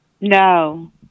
No